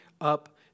up